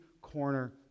corner